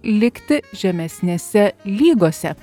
likti žemesnėse lygose